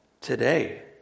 Today